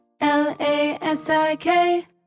L-A-S-I-K